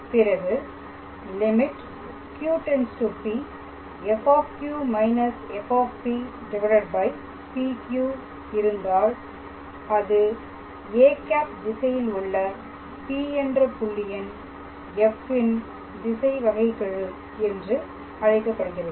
பிறகு lim𝑄→𝑃𝑓𝑄−𝑓𝑃𝑃𝑄 இருந்தால் அது â திசையில் உள்ள P என்ற புள்ளியின் f ன் திசை வகைக்கெழு என்று அழைக்கப்படுகிறது